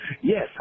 Yes